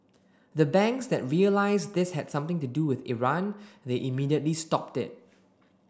the banks that realised this had something to do with Iran they immediately stopped it